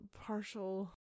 partial